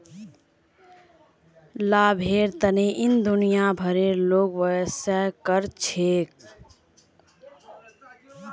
लाभेर तने इ दुनिया भरेर लोग व्यवसाय कर छेक